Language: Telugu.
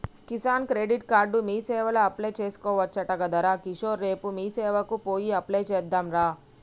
కిసాన్ క్రెడిట్ కార్డు మీసేవల అప్లై చేసుకోవచ్చట గదరా కిషోర్ రేపు మీసేవకు పోయి అప్లై చెద్దాంరా